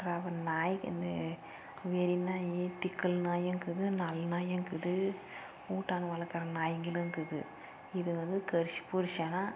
ரவ நாய் கண் வெறிநாய் டிக்கல் நாய் இருக்குது நல்ல நாய் இருக்குது வீட்டான வளர்க்குற நாய்ங்களும் இருக்குது இது வந்து கடிச்சு போடிச்சினா